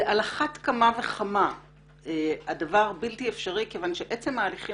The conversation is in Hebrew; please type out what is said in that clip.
ועל אחת כמה וכמה הדבר בלתי אפשרי כיוון שעצם ההליכים